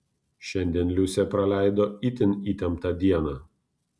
šiandien liusė praleido itin įtemptą dieną